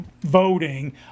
Voting